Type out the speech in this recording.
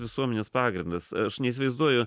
visuomenės pagrindas aš neįsivaizduoju